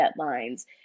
deadlines